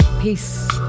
peace